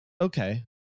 okay